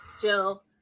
Jill